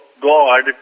God